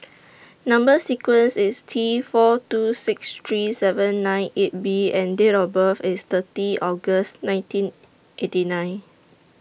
Number sequence IS T four two six three seven nine eight B and Date of birth IS thirty August nineteen eighty nine